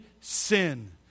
sin